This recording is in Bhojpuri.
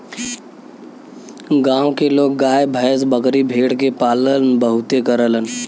गांव के लोग गाय भैस, बकरी भेड़ के पालन बहुते करलन